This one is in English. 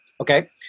Okay